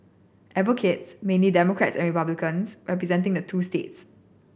advocates mainly Democrats and Republicans representing the two states